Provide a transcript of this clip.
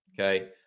Okay